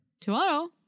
tomorrow